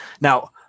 Now